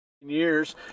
years